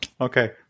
okay